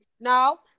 No